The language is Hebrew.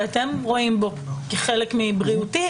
שאתם רואים בו כחלק מבריאותי,